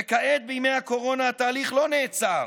וכעת, בימי הקורונה, התהליך לא נעצר.